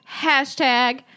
Hashtag